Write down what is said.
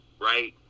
right